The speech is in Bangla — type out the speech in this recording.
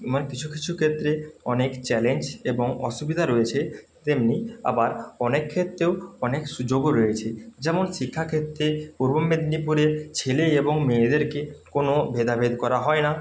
মানে কিছু কিছু ক্ষেত্রে অনেক চ্যালেঞ্জ এবং অসুবিধা রয়েছে তেমনি আবার অনেক ক্ষেত্রেও অনেক সুযোগও রয়েছে যেমন শিক্ষাক্ষেত্রে পূর্ব মেদিনীপুরে ছেলে এবং মেয়েদেরকে কোনও ভেদাভেদ করা হয় না